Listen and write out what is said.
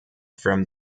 from